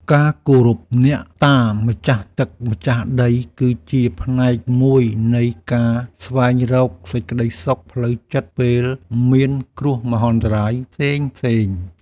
ការគោរពអ្នកតាម្ចាស់ទឹកម្ចាស់ដីគឺជាផ្នែកមួយនៃការស្វែងរកសេចក្តីសុខផ្លូវចិត្តពេលមានគ្រោះមហន្តរាយផ្សេងៗ។